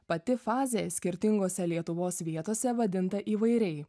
pati fazė skirtingose lietuvos vietose vadinta įvairiai